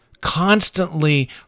constantly